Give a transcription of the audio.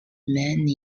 many